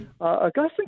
Augustine